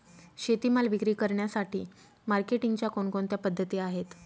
शेतीमाल विक्री करण्यासाठी मार्केटिंगच्या कोणकोणत्या पद्धती आहेत?